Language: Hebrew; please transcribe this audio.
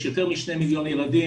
יש יותר מ-2 מיליון ילדים,